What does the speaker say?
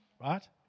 right